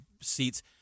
seats